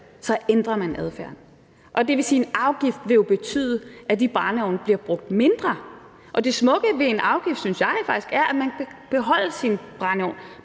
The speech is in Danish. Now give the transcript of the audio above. jo sige, at en afgift vil betyde, at de brændeovne bliver brugt mindre, og det smukke ved en afgift – synes jeg – er faktisk, at man kan beholde sin brændeovn.